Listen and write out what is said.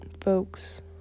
folks